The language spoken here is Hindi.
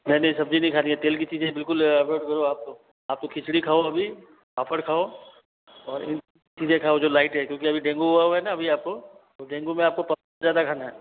नहीं नहीं सब्जी नहीं खानी हैं तेल की चीज़ें बिल्कुल आप तो खिचड़ी खाओ अभी पापड़ खाओ और चीजें खाओ जो लाइट हैं क्योंकि अभी डेंगू हुआ हुआ है न आपको डेंगू में आपको ज़्यादा खाना है